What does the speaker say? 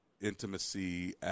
intimacy